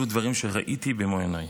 אלו דברים שראיתי במו עיניי.